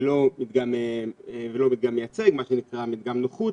ולא מדגם מייצג מה שנקרא: מדגם נוחות.